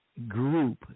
Group